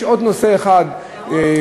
יש עוד נושא אחד שחברי